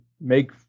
make